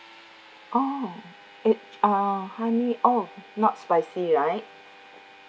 oh it uh honey oh not spicy right